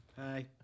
Hi